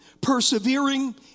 persevering